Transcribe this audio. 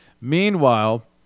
Meanwhile